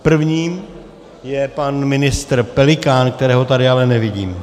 První je pan ministr Pelikán, kterého tady ale nevidím.